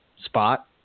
spot